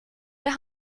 der